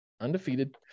undefeated